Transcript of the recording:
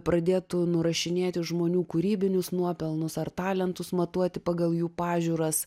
pradėtų nurašinėti žmonių kūrybinius nuopelnus ar talentus matuoti pagal jų pažiūras